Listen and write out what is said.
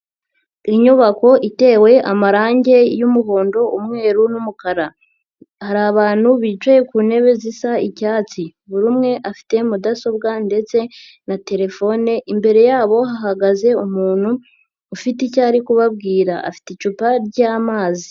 Inyubako itewe amarangi y'umuhondo, umweru n'umukara, hari abantu bicaye ku ntebe zisa icyatsi, buri umwe afite mudasobwa ndetse na terefone, imbere yabo hahagaze umuntu ufite icyo ari kubabwira, afite icupa ryamazi.